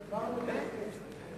גמרנו את ההסכם.